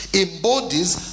embodies